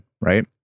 Right